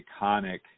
iconic